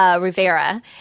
Rivera